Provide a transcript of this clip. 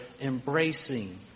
embracing